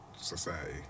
society